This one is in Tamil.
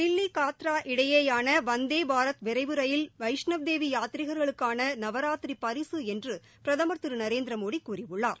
தில்லி காட்ரா இடையோன வந்தே பாரத் விரைவு ரயில் வைஷ்ணவ்தேவி யாத்திரிகர்களுக்கான நவராத்திரி பரிசு என்று பிரதமர் திரு நரேந்திர மோடி கூறியுள்ளார்